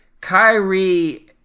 Kyrie